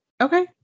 Okay